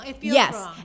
Yes